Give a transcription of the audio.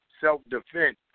self-defense